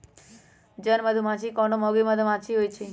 जन मधूमाछि कोनो मौगि मधुमाछि होइ छइ